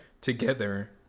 together